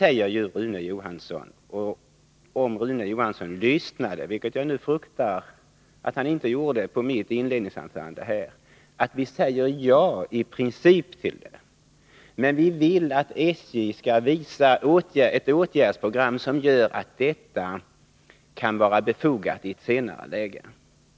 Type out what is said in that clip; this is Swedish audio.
Om Rune Johansson lyssnade till mitt inledningsanförande, vilket jag fruktar att han inte gjorde, hade han uppmärksammat att vi i princip säger jatillde föreslagna åtgärderna, men vi vill att SJ skall visa ett åtgärdsprogram som gör dem befogade i ett senare läge.